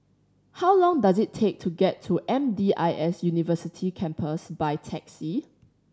how long does it take to get to M D I S University Campus by taxi